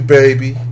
baby